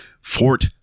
Fort